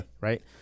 right